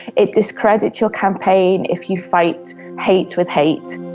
it discredits your campaign if you fight hate with hate.